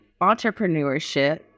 entrepreneurship